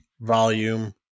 volume